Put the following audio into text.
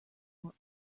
were